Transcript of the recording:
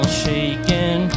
shaken